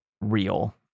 real